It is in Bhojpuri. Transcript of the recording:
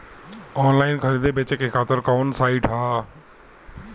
आनलाइन खरीदे बेचे खातिर कवन साइड ह?